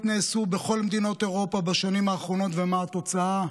נעשו בכל מדינות אירופה בשנים האחרונות ומה התוצאה,